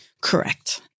Correct